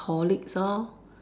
colleagues lor